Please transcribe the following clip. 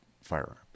firearm